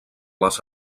les